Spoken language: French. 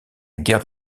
guerre